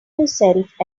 yourself